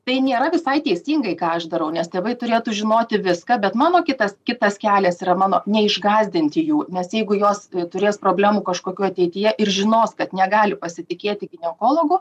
tai nėra visai teisingai ką aš darau nes tėvai turėtų žinoti viską bet mano kitas kitas kelias yra mano neišgąsdinti jų nes jeigu jos turės problemų kažkokių ateityje ir žinos kad negali pasitikėti ginekologu